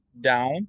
down